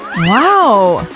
wow,